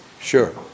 sure